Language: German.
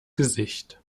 gesicht